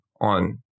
on